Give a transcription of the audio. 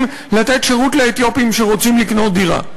לתת שירות לאתיופים שרוצים לקנות דירה.